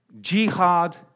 Jihad